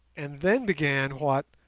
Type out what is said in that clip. and then began what,